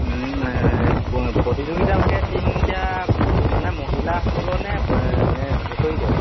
প প্ৰতিযোগিতা ভাগে টিম এতিয়া প মানে মহিলাসকলৰ নে হুঁচৰি দল